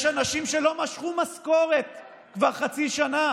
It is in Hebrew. יש אנשים שלא משכו משכורת כבר חצי שנה